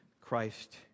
Christ